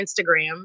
Instagram